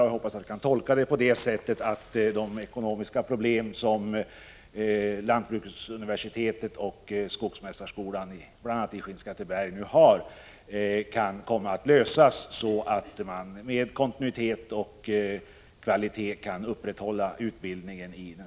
Jag hoppas att jag kan tolka detta på det sättet att de ekonomiska problem som lantbruksuniversitetet och bl.a. skogsmästarskolan i Skinnskatteberg nu har kommer att lösas, så att man med kontinuitet och kvalitet kan upprätthålla utbildningen.